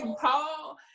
paul